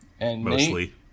Mostly